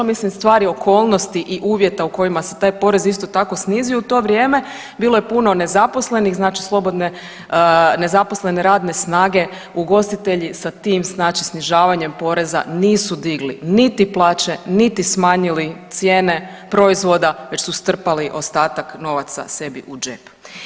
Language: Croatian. Ja mislim stvar je okolnosti i uvjeta u kojima se taj porez isto tako snizio, u to vrijeme bilo je puno nezaposlenih, znači slobodne nezaposlene radne snage, ugostitelji sa tim znači snižavanjem poreza nisu digli niti plaće niti smanjili cijene proizvoda već su strpali ostatak novaca sebi u džep.